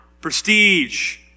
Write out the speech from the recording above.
prestige